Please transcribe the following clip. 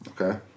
Okay